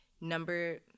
number